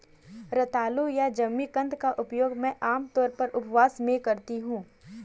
रतालू या जिमीकंद का प्रयोग मैं आमतौर पर उपवास में करती हूँ